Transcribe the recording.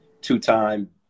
two-time